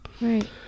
Right